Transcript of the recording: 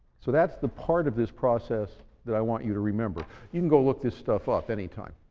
so that's the part of this process that i want you to remember. you can go look this stuff up any time.